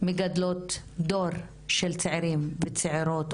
אתן מגדלות דור של צעירים וצעירות.